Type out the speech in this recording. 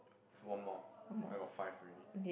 one more I got five already